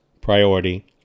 priority